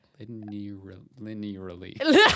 Linearly